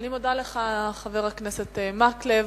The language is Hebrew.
אני מודה לך, חבר הכנסת מקלב.